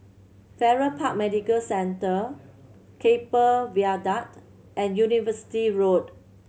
Farrer Park Medical Centre Keppel Viaduct and University Road